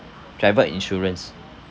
travel insurance